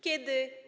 Kiedy?